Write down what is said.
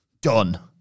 done